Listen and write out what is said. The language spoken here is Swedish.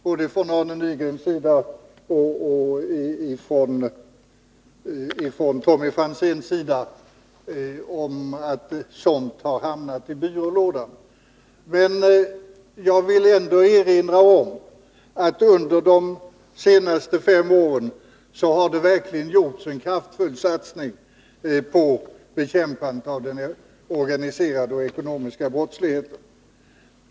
Både Arne Nygren och Tommy Franzén har här talat om att somt har hamnat i byrålådan. Jag vill då erinra om att det under de senaste fem åren verkligen gjorts en kraftfull satsning på bekämpandet av den organiserade och ekonomiska brottsligheten.